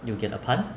you'll get a pun